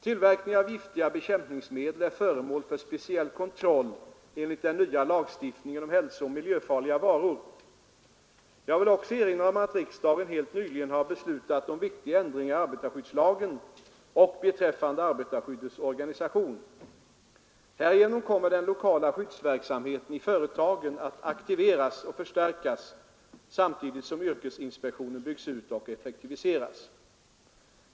Tillverkning av giftiga bekämpningsmedel är föremål för speciell kontroll enligt den nya lagstiftningen om hälsooch miljöfarliga varor. Jag vill också erinra om att riksdagen helt nyligen har beslutat om viktiga ändringar i arbetarskyddslagen och beträffande arbetarskyddets organisation. Härigenom kommer den lokala skyddsverksamheten i företagen att aktiveras och förstärkas samtidigt som yrkesinspektionen byggs ut och effektiviseras.